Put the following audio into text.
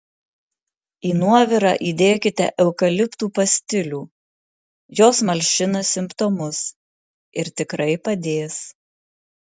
į nuovirą įdėkite eukaliptu pastilių jos malšina simptomus ir tikrai padės